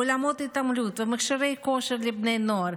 אולמות התעמלות ומכשירי כושר לבני הנוער,